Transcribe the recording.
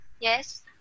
Yes